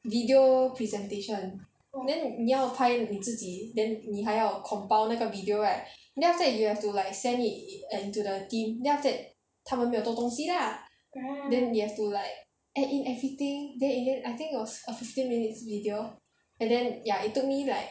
video presentation then 你要拍你自己 then 你还要 compile 那个 video right then after that you have to like send it into to the team then after that 他们没有做东西 lah then you have to like add in everything then in the end I think it was a fifteen minutes video and then ya it took me like